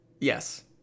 Yes